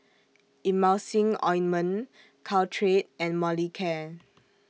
Emulsying Ointment Caltrate and Molicare